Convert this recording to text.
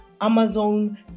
Amazon